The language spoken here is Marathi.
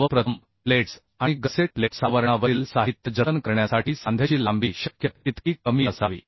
सर्वप्रथम प्लेट्स आणि गसेट प्लेट्स आवरणावरील साहित्य जतन करण्यासाठी सांध्याची लांबी शक्य तितकी कमी असावी